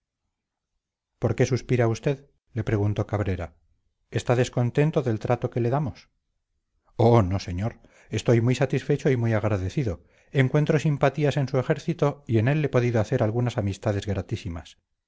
por qué suspira usted le preguntó cabrera está descontento del trato que le damos oh no señor estoy muy satisfecho y muy agradecido encuentro simpatías en su ejército y en él he podido hacer algunas amistades gratísimas